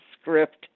script